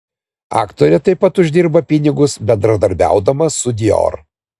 aktorė taip pat uždirba pinigus bendradarbiaudama su dior